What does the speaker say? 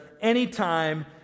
anytime